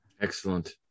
Excellent